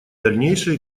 дальнейшей